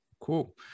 cool